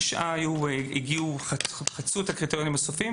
תשעה חצו את הקריטריונים הסופיים,